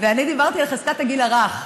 ואני דיברתי על חזקת הגיל הרך.